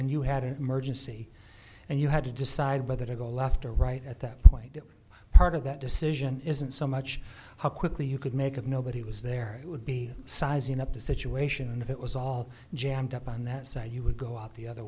and you had an emergency and you had to decide whether to go left or right at that part of that decision isn't so much how quickly you could make of no but he was there would be sizing up the situation and if it was all jammed up on that side you would go out the other